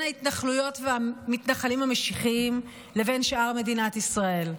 ההתנחלויות והמתנחלים המשיחיים לבין שאר מדינת ישראל.